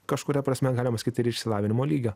kažkuria prasme galima sakyt ir išsilavinimo lygio